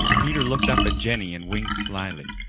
peter looked up at jenny and winked slyly.